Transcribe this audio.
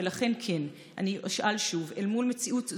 ולכן, כן, אני אשאל שוב: אל מול מציאות זו,